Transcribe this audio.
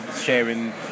sharing